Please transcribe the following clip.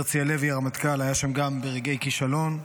הרצי הלוי, הרמטכ"ל, היה שם גם ברגעי כישלון.